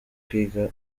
kwiga